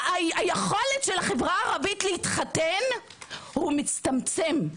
היכולת של החברה הערבית להתחתן מצטמצמת.